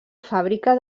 fàbrica